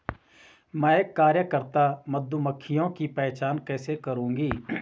मैं कार्यकर्ता मधुमक्खियों की पहचान कैसे करूंगी?